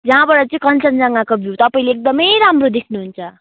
जहाँबाट चाहिँ कञ्चनजङ्घाको भ्यू तपाईँले एक्दमै राम्रो देख्नुहुन्छ